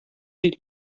sie